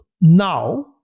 Now